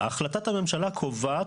ראיתי שראשת המועצה גלית שאול פה,